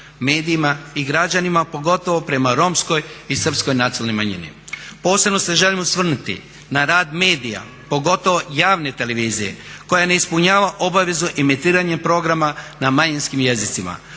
medijima i građanima, pogotovo prema romskoj i srpskoj nacionalnoj manjini. Posebno se želim osvrnuti na rad medija, pogotovo javne televizije koja ne ispunjava obavezu emitiranja programa na manjinskim jezicima,